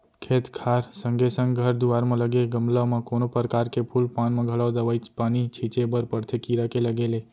खेत खार संगे संग घर दुवार म लगे गमला म कोनो परकार के फूल पान म घलौ दवई पानी छींचे बर परथे कीरा के लगे ले